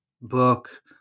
book